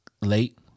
late